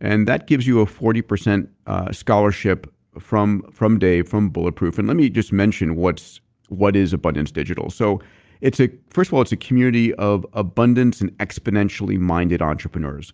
and that gives you a forty percent scholarship from from dave, from bulletproof. and let me just mention what what is abundance digital. so ah first of all, it's a community of abundance and exponentially minded entrepreneurs.